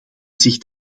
zich